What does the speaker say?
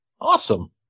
Awesome